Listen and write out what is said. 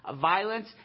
violence